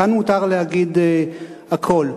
כאן מותר להגיד הכול.